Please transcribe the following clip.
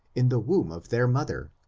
in the womb of their mother,